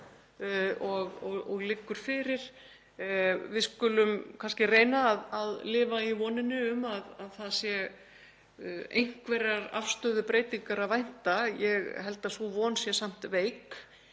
og liggur fyrir. Við skulum kannski reyna að lifa í voninni um að einhverrar afstöðubreytingar sé að vænta en ég held að sú von sé samt veik.